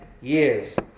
years